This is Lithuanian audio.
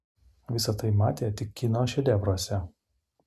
visa tai matė tik kino šedevruose